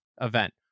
event